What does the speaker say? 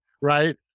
Right